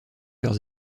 leurs